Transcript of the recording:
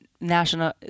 National